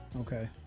okay